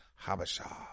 habasha